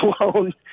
alone